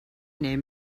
name